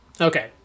Okay